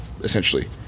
essentially